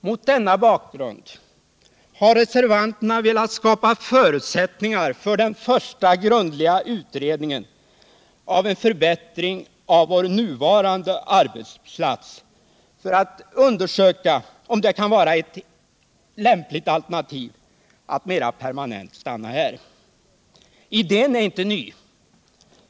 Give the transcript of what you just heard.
Mot denna bakgrund har reservanterna velat skapa förutsättningar för den första grundliga utredningen av en förbättring av vår nuvarande arbetsplats för att undersöka om det kan vara eu lämpligt alternativ att mera permanent stanna här. Idén är inte ny.